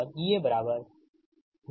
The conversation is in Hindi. I